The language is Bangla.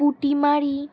পুটিমারি